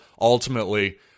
ultimately